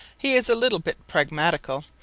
he is a little bit pragmatical,